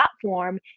platform